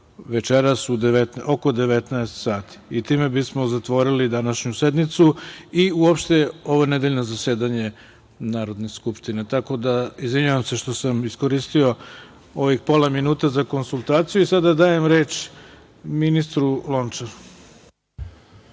večeras oko 19.00 časova. Time bismo zatvorili današnju sednicu i uopšte ovo nedeljno zasedanje Narodne skupštine. Izvinjavam se što sam iskoristio ovih pola minuta za konsultaciju i sada dajem reč ministru Lončaru.